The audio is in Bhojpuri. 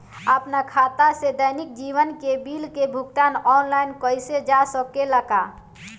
आपन खाता से दैनिक जीवन के बिल के भुगतान आनलाइन कइल जा सकेला का?